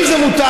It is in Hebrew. אם זה מותר,